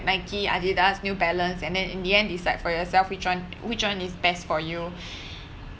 nike adidas new balance and then in the end decide for yourself which one which one is best for you